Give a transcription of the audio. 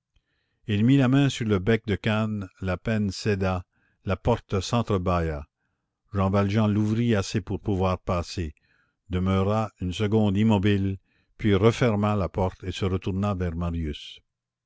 il mit la main sur le bec-de-cane le pêne céda la porte sentre bâilla jean valjean l'ouvrit assez pour pouvoir passer demeura une seconde immobile puis referma la porte et se retourna vers marius